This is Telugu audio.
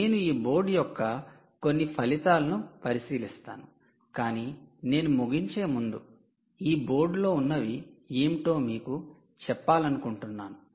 నేను ఈ బోర్డు యొక్క కొన్ని ఫలితాలను పరిశీలిస్తాను కాని నేను ముగించే ముందు ఈ బోర్డు లో ఉన్నవి ఏమిటో మీకు చెప్పాలనుకుంటున్నాను